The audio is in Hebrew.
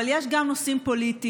אבל יש גם נושאים פוליטיים,